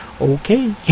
okay